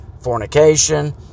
fornication